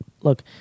Look